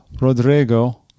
Rodrigo